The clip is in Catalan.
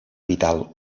vital